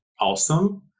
awesome